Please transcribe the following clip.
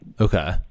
Okay